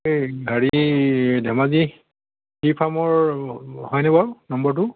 এই গাড়ী ধেমাজি টি ফাৰ্মৰ হয়নে বাৰু নম্বৰটো